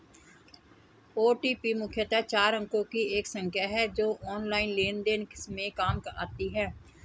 OTP मुख्यतः चार अंकों की एक संख्या है जो ऑनलाइन लेन देन में काम आती है